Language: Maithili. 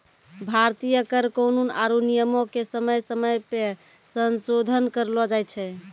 भारतीय कर कानून आरु नियमो के समय समय पे संसोधन करलो जाय छै